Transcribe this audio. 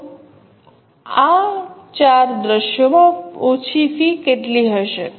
તો આ ચાર દૃશ્યોમાં ઓછી ફી કેટલી હશે